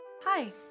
Hi